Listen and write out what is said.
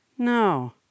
No